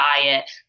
diet